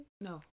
No